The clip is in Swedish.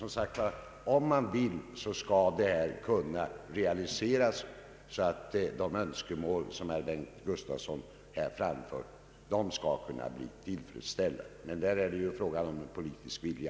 Om man vill kan detta realiseras så att de önskemål som herr Bengt Gustavsson framförde blir tillfredsställda. Det är emellertid en fråga om politisk vilja.